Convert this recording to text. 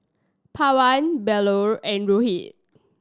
Pawan Bellur and Rohit